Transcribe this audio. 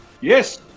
Yes